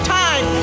time